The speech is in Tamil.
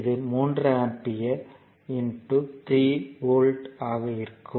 இது 3 ஆம்பியர் 3 வோல்ட் ஆக இருக்கும்